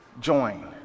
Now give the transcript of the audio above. join